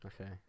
okay